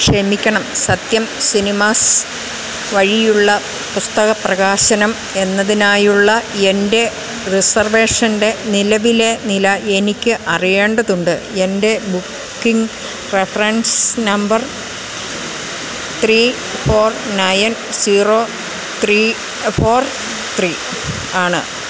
ക്ഷമിക്കണം സത്യം സിനിമാസ് വഴിയുള്ള പുസ്തക പ്രകാശനം എന്നതിനായുള്ള എൻ്റെ റിസർവേഷൻ്റെ നിലവിലെ നില എനിക്കറിയേണ്ടതുണ്ട് എൻ്റെ booking reference number three four nine zero three four three ആണ്